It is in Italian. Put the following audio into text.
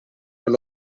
per